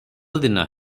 ଦିନ